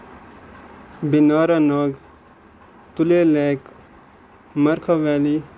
بیٚیہِ نارا ناگ تُلیل لیک مَرکھا ویلی